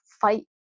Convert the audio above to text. fight